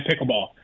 pickleball